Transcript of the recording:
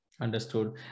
Understood